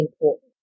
important